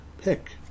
pick